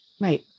Right